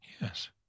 Yes